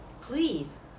please